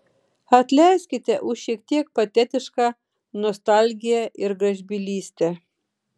atleiskite už šiek tiek patetišką nostalgiją ir gražbylystę